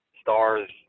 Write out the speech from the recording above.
stars